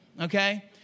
Okay